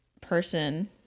person